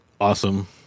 awesome